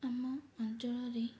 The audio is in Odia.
ଆମ ଅଞ୍ଚଳରେ